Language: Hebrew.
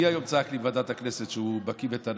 מי היום צעק לי בוועדת הכנסת שהוא בקי בתנ"ך?